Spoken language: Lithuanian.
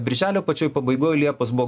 birželio pačioj pabaigoj liepos buvo